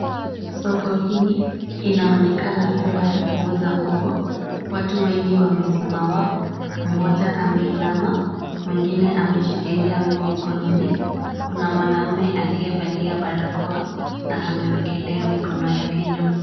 Soko hii ,inaonekana kuwa ya kuuza nguo. Watu wengi wamesima. Mmoja ameinama, mwingine ameshikilia nguo mkononi. Kuna mwanaume aliyevalia barakoa na amewekelea mikono yake nyuma.